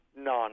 None